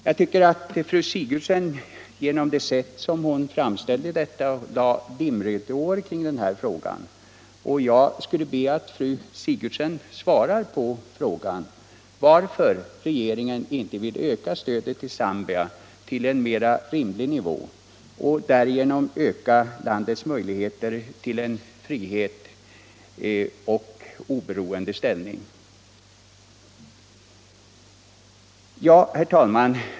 Jag tycker att fru Sigurdsen genom det sätt hon framställde detta på lade dimridåer kring den här frågan. Jag skulle vilja be fru Sigurdsen om svar på frågan: Varför vill regeringen inte öka stödet till Zambia till en mera rimlig nivå och därigenom öka landets möjligheter till frihet och en oberoende ställning? Herr talman!